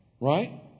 right